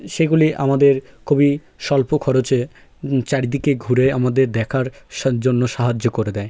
সেগুলি আমাদের খুবই স্বল্প খরচে চারিদিকে ঘুরে আমাদের দেখার স জন্য সাহায্য করে দেয়